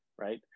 right